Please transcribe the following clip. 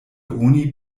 oni